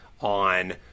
on